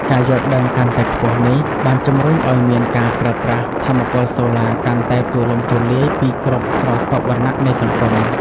ការយល់ដឹងកាន់តែខ្ពស់នេះ បានជំរុញឱ្យមានការប្រើប្រាស់ថាមពលសូឡាកាន់តែទូលំទូលាយពីគ្រប់ស្រទាប់វណ្ណៈនៃសង្គម។